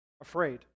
afraid